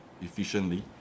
efficiently